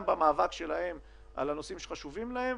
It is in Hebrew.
במאבק שלכם על הנושאים שחשובים לכם.